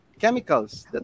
chemicals